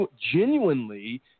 genuinely –